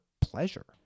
pleasure